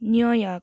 New York